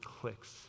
clicks